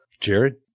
Jared